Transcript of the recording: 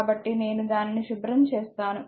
కాబట్టి నేను దానిని శుభ్రం చేస్తాను